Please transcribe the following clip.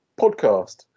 podcast